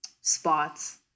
spots